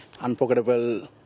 unforgettable